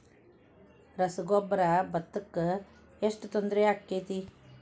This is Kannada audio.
ರಸಗೊಬ್ಬರ, ಭತ್ತಕ್ಕ ಎಷ್ಟ ತೊಂದರೆ ಆಕ್ಕೆತಿ?